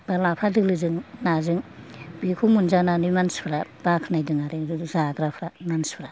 बा लाफा दोलोजों नाजों बेखौ मोनजानानै मानसिफ्रा बाख्नायदों आरो जाग्राफ्रा मानसिफ्रा